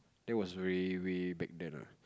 that was way way back then ah